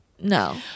no